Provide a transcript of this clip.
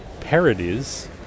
parodies